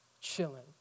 chilling